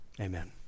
amen